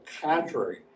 contrary